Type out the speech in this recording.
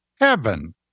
heaven